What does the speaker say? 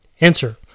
Answer